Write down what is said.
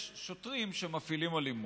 יש שוטרים שמפעילים אלימות.